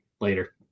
later